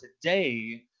today